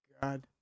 God